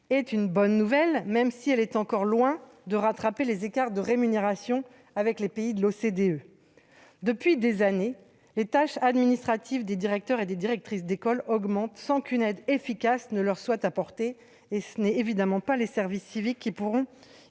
est une bonne nouvelle, même si elle est encore loin de permettre de rattraper les écarts de rémunération avec les autres pays de l'OCDE. Depuis des années, les tâches administratives des directeurs et directrices d'école augmentent sans qu'une aide efficace leur soit apportée, et ce n'est évidemment pas les jeunes en service civique qui pourront